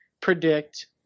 predict